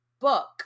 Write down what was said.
book